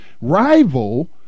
rival